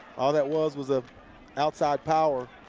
all that was was ah outside power.